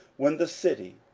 when the city,